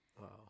Wow